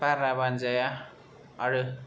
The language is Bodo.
बारा बानजाया आरो